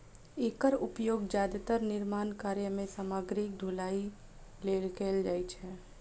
एकर उपयोग जादेतर निर्माण कार्य मे सामग्रीक ढुलाइ लेल कैल जाइ छै